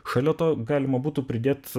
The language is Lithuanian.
šalia to galima būtų pridėt